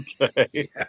Okay